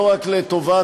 לא רק לטובת